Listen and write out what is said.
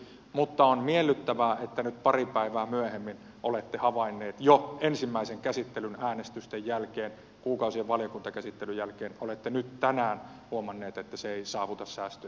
mutta on miellyttävää että nyt pari päivää myöhemmin olette havainneet jo ensimmäisen käsittelyn äänestysten jälkeen kuukausien valiokuntakäsittelyn jälkeen olette nyt tänään huomanneet että se ei saavuta säästöjä